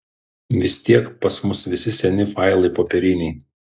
vis tiek pas mus visi seni failai popieriniai